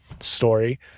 story